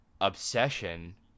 obsession